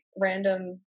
random